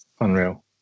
Unreal